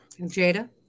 Jada